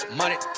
money